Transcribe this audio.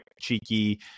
cheeky